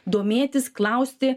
domėtis klausti